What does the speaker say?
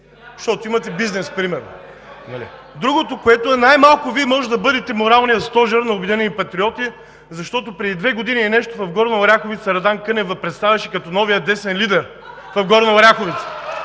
Защото имате бизнес примерно. Другото – най-малко Вие можете да бъдете моралният стожер на „Обединени патриоти“, защото преди две години и нещо в Горна Оряховица Радан Кънев Ви представяше като новия десен лидер в Горна Оряховица